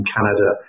Canada